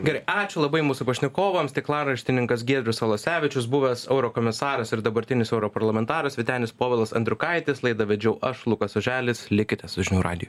gerai ačiū labai mūsų pašnekovams tinklaraštininkas giedrius alasevičius buvęs eurokomisaras ir dabartinis europarlamentaras vytenis povilas andriukaitis laidą vedžiau aš lukas oželis likite su žinių radiju